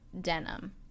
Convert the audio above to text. denim